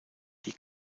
die